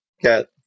get